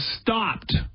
stopped